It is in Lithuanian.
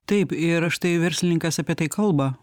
taip ir štai verslininkas apie tai kalba